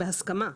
בהסכמה,